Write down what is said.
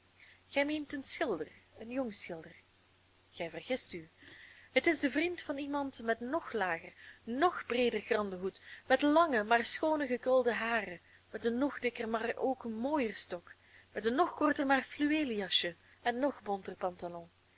gij meent een schilder een jong schilder gij vergist u het is de vriend van iemand met nog lager nog breeder geranden hoed met lange maar schoone gekrulde haren met een nog dikker maar ook mooier stok met een nog korter maar fluweelen jasje en nog bonter pantalon